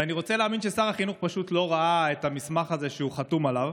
ואני רוצה להאמין ששר החינוך פשוט לא ראה את המסמך הזה שהוא חתום עליו,